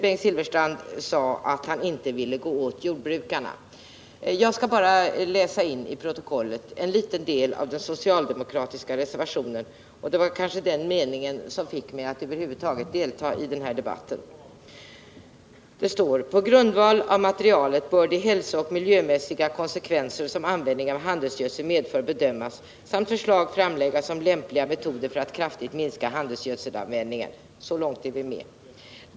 Bengt Silfverstrand sade att han inte ville komma åt jordbrukarna. Låt mig till protokollet läsa in en liten del av den socialdemokratiska reservationen. Det var följande avsnitt som fick mig att över huvud taget delta i denna debatt. Det står: ”På grundval av materialet bör de hälsooch miljömässiga konsekvenser som användningen av handelsgödsel medför bedömas samt förslag framläggas om lämpliga metoder för att kraftigt minska handelsgödselanvändningen.” Så långt är vi med.